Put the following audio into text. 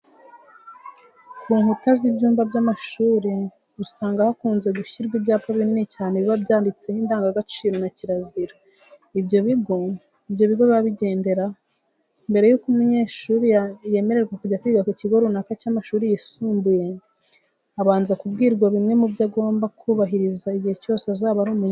Ku nkuta z'ibyumba by'amashuri usanga hakunze gushyirwa ibyapa binini cyane biba byanditseho indangagaciro na kirazira ibyo bigo biba bigenderaho. Mbere yuko umunyeshuri yemererwa kujya kwiga mu kigo runaka cy'amashuri yisumbuye, abanza kubwirwa bimwe mu byo agomba kuzubahiriza igihe cyose azaba ari umunyeshuri wacyo.